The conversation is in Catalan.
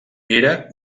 era